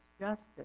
justice